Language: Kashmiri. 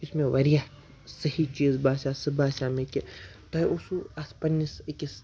یُس مےٚ واریاہ صحیح چیٖز باسیٛو سُہ باسیٛو مےٚ کہِ تۄہہِ اوسو اَتھ پنٛنِس أکِس